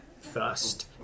first